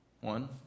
One